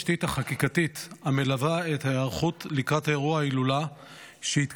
החקיקתית המלווה את ההיערכות לקראת אירוע ההילולה שיתקיים